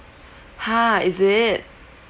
!huh! is it